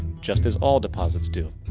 just as all deposits do.